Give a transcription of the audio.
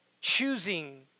choosing